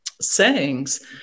sayings